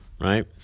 right